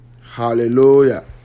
Hallelujah